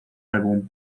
álbum